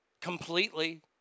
completely